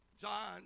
John